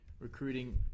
recruiting